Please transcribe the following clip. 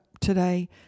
today